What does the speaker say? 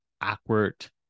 awkward